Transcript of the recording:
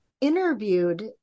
interviewed